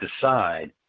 decide